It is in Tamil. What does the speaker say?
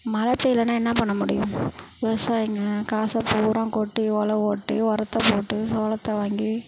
மழை பெய்லன்னா என்ன பண்ண முடியும் விவசாயிங்க காசு பூராவும் கொட்டி ஒழவு ஓட்டி ஒரத்தை போட்டு சோளத்தை வாங்கி